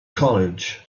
college